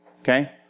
Okay